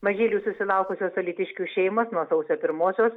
mažylių susilaukusios alytiškių šeimos nuo sausio pirmosios